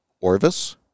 Orvis